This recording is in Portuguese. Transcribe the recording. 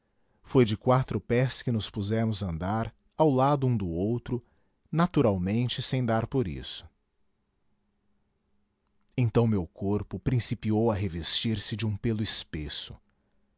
foi de quatro pés que nos pusemos a andar ao lado um do outro naturalmente sem dar por isso então meu corpo principiou a revestir se de um pêlo espesso